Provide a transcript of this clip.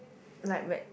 like whe~